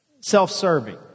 self-serving